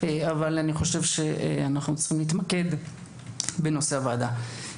אבל אני חושב שאנחנו צריכים להתמקד בנושא הוועדה.